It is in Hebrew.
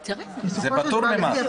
כי הם יודעים שיש להם מה להפסיד.